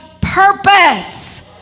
purpose